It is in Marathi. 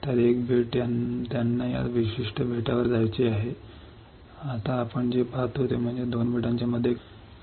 तर एक बेट त्यांना या विशिष्ट बेटावर जायचे आहे आता आपण जे पाहतो ते म्हणजे 2 बेटांच्या मध्ये एक नदी आहे